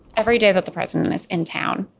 every day that the president is in town.